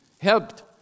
helped